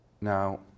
Now